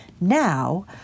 Now